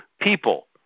people